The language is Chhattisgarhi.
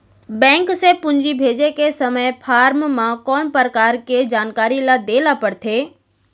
बैंक से पूंजी भेजे के समय फॉर्म म कौन परकार के जानकारी ल दे ला पड़थे?